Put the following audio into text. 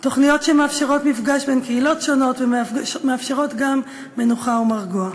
תוכניות שמאפשרות מפגש בין קהילות שונות ומאפשרות גם מנוחה ומרגוע.